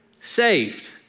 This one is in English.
Saved